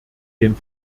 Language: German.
den